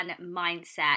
mindset